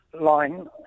line